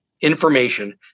information